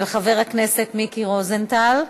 של חבר הכנסת מיקי רוזנטל.